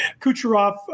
Kucherov